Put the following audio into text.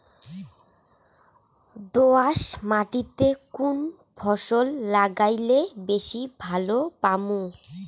দোয়াস মাটিতে কুন ফসল লাগাইলে বেশি লাভ পামু?